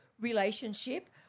relationship